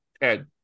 Ted